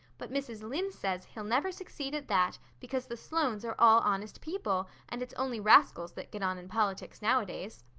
but mrs. lynde says he'll never succeed at that, because the sloanes are all honest people, and it's only rascals that get on in politics nowadays.